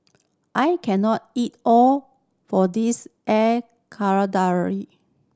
I can not eat all for this Air Karthira